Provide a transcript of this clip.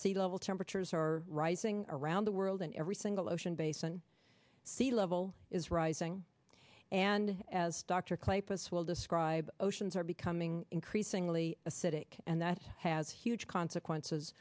sea level temperatures are rising around the world in every single ocean basin sea level is rising and as dr clay pots will describe oceans are becoming increasingly acidic and that has huge consequences